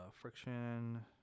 Friction